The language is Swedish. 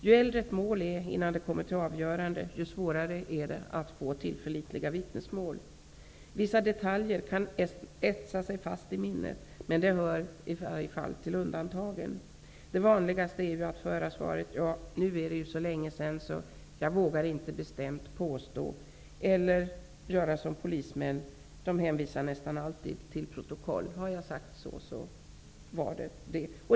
Ju äldre ett mål är innan det kommer till avgörande, desto svårare är det att få tillförlitliga vittnesmål. Vissa detaljer kan etsa sig fast i minnet, men det hör till undantagen. Det vanliga svaret brukar vara: Nu är det ju så längesedan, så jag vågar inte bestämt påstå någonting. Eller också gör man som polismän brukar göra, dvs. man hänvisar till protokoll: Har jag sagt så, så var det väl på det viset.